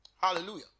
Hallelujah